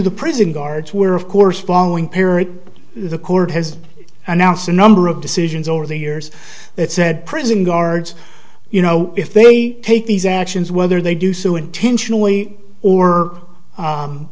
the prison guards were of course following perry the court has announced a number of decisions over the years that said prison guards you know if they take these actions whether they do so intentionally or